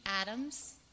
Adam's